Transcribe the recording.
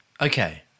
Okay